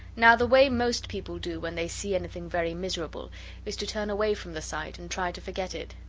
now the way most people do when they see anything very miserable is to turn away from the sight, and try to forget it.